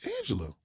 Angela